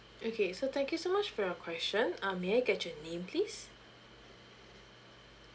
okay so thank you so much for your question um may I get your name please